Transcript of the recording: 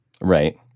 Right